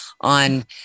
on